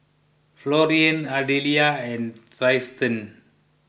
Florian Ardelia and Trystan